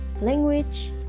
language